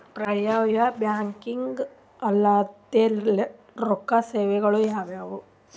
ಪರ್ಯಾಯ ಬ್ಯಾಂಕಿಂಗ್ ಅಲ್ದೇ ರೊಕ್ಕ ಸೇವೆಗಳು ಯಾವ್ಯಾವು?